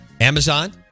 Amazon